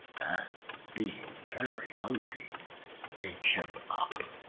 and being very hungry ate him up.